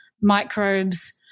microbes